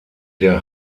der